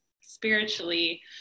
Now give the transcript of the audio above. spiritually